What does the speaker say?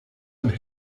and